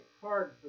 card